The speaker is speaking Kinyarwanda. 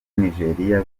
nijeriya